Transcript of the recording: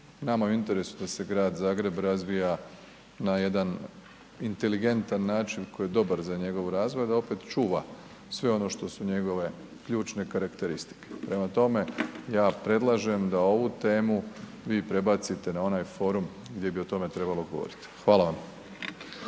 Nama je u interesu da se Grad Zagreb razvija na jedan inteligentan način koji je dobar za njegov razvoj a da opet čuva sve ono što su njegove ključne karakteristike. Prema tome, ja predlažem da ovu temu vi prebacite na onaj formu gdje bi o tome trebalo govoriti. Hvala vam.